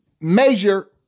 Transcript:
major